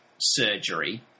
surgery